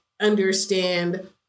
understand